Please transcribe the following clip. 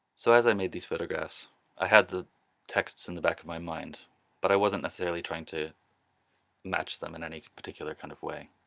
so as i made these photographs i had the texts in the back of my mind but i wasn't necessarily trying to match them in any particular kind of way.